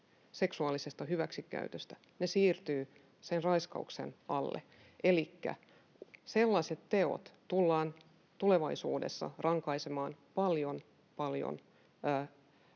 seksuaalisesta hyväksikäytöstä, siirtyvät sen raiskauksen alle, elikkä sellaiset teot tullaan tulevaisuudessa rankaisemaan paljon, paljon